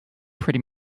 pretty